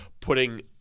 putting